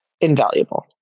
invaluable